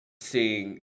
seeing